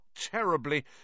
terribly—